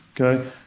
okay